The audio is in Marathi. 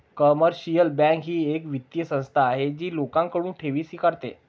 कमर्शियल बँक ही एक वित्तीय संस्था आहे जी लोकांकडून ठेवी स्वीकारते